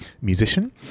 musician